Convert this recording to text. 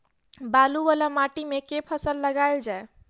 बालू वला माटि मे केँ फसल लगाएल जाए?